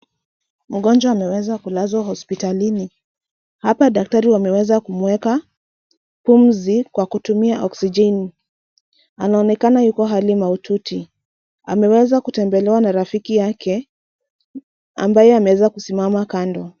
Mgonjwa ameweza kulazwa hospitalini. Hapa daktari wameweza kumweka pumzi kwa kutumia oksijeni. Anaonekana yuko hali mahututi. Ameweza kutembelewa na rafiki yake ambaye ameweza kusimama kando.